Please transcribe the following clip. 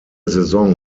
saison